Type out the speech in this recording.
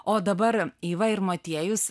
o dabar iva ir motiejus